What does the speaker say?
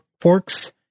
Forks